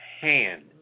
hand